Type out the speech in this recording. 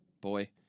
boy